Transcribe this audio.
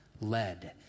led